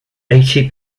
eighty